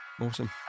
awesome